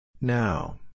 Now